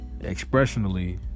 expressionally